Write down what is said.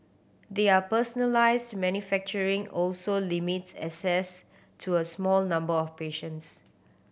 their personalised manufacturing also limits access to a small number of patients